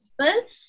people